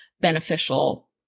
beneficial